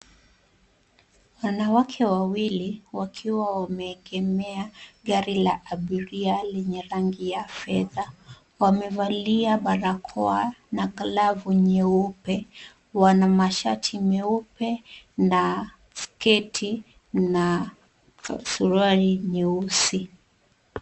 Wanawake wawili wakiwa wameegemea gari la abiria lenye rangi ya fedha. Wamevalia barakoa na glavu nyeupe. Wana mashati meupe na sketi na suruali nyeusi.